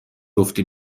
گفتی